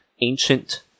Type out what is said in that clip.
ancient